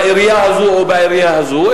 בעירייה הזו או בעירייה הזו,